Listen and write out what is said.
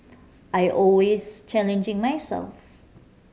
I always challenging myself